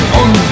on